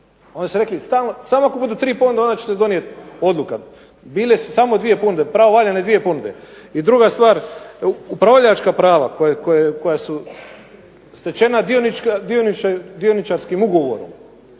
Oni su rekli samo ako budu 3 ponude onda će se donijeti odluka. Bile su samo 2 ponude, pravovaljane 2 ponude. I druga stvar, upravljačka prava koja su stečena dioničarskim ugovorom